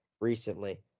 recently